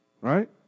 right